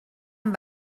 amb